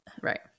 Right